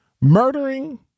murdering